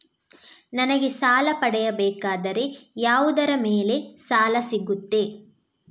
ನನಗೆ ಸಾಲ ಪಡೆಯಬೇಕಾದರೆ ಯಾವುದರ ಮೇಲೆ ಸಾಲ ಸಿಗುತ್ತೆ?